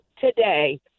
today